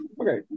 Okay